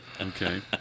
Okay